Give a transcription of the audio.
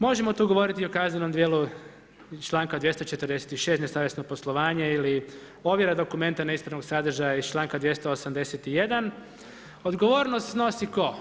Možemo tu govoriti i o kaznenom dijelu iz članka 246. nesavjesno poslovanje ili ovjera dokumenta neispravnog sadržaja iz članka 281. odgovornost snosi tko?